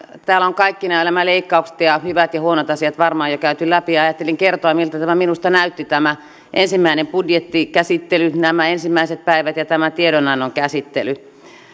täällä on kaikki nämä leikkaukset ja ja hyvät ja huonot asiat varmaan jo käyty läpi ja ajattelin kertoa miltä minusta näytti tämä ensimmäinen budjettikäsittely nämä ensimmäiset päivät ja tämän tiedonannon käsittely